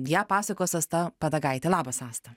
ją pasakos asta padagaitė labas asta